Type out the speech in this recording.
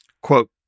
quote